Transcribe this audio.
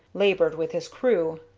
labored with his crew.